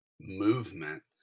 movement